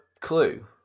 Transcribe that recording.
clue